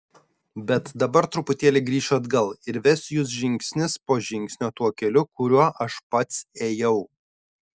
bet dabar truputėlį grįšiu atgal ir vesiu jus žingsnis po žingsnio tuo keliu kuriuo aš pats ėjau